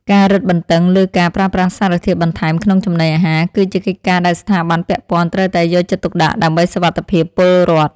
ការរឹតបន្តឹងលើការប្រើប្រាស់សារធាតុបន្ថែមក្នុងចំណីអាហារ គឺជាកិច្ចការដែលស្ថាប័នពាក់ព័ន្ធត្រូវតែយកចិត្តទុកដាក់ដើម្បីសុវត្ថិភាពពលរដ្ឋ។